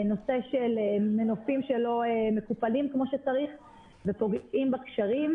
נושא של מנופים שלא מקופלים כמו שצריך ופוגעים בגשרים,